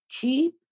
keep